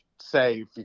say